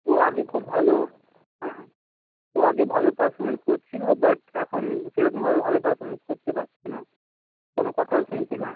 ও আগে খুব ভালো হ্যাঁ ও আগে ভালো পারফর্মেন্স করছিল বাট এখন সেরকমভাবে ভালো পারফর্মেন্স করতে পারছে না কোনো কথাও শুনছে না